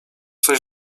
coś